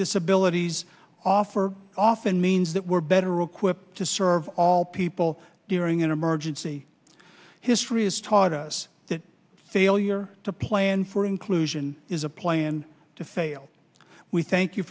disabilities offer often means that we're better equipped to serve all people during an emergency history has taught us that failure to plan for inclusion is a plan to fail we thank you